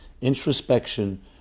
introspection